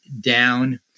down